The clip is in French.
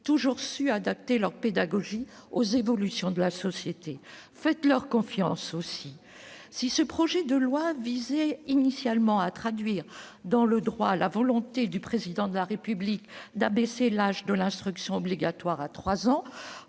toujours su adapter leur pédagogie aux évolutions de la société. Faites-leur confiance ! Si ce projet de loi visait initialement à traduire dans le droit la volonté du Président de la République d'abaisser l'âge de l'instruction obligatoire à 3 ans,